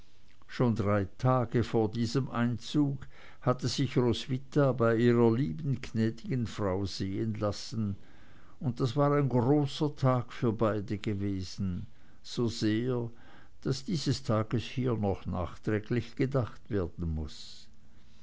schon drei tage vor diesem einzug hatte sich roswitha bei ihrer lieben gnädigen frau sehen lassen und das war ein großer tag für beide gewesen so sehr daß dieses tages hier noch nachträglich gedacht werden muß